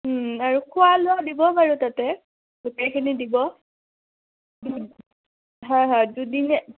আৰু খোৱা লোৱা দিব বাৰু তাতে গোটেইখিনি দিব হয় হয় দুদিনে